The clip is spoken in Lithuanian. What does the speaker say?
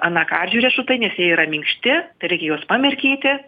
anakardžių riešutai nes jie yra minkšti tereikia juos pamirkyti